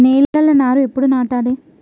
నేలలా నారు ఎప్పుడు నాటాలె?